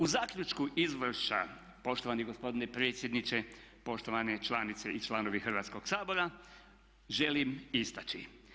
U zaključku izvješća poštovani gospodine predsjedniče, poštovane članice i članovi Hrvatskog sabora želim istaći.